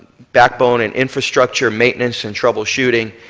backbone and infrastructure maintenance and troubleshooting,